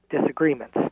disagreements